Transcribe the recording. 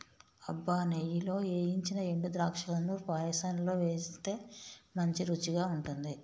అబ్బ నెయ్యిలో ఏయించిన ఎండు ద్రాక్షలను పాయసంలో వేస్తే మంచి రుచిగా ఉంటుంది